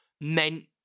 meant